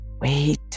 Wait